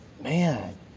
man